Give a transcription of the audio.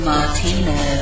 Martino